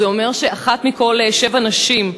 זה אומר אחת מכל שבע נשים.